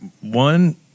one